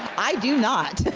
i do not. but